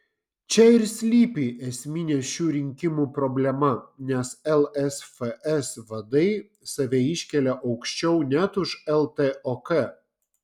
čia ir slypi esminė šių rinkimų problema nes lsfs vadai save iškelia aukščiau net už ltok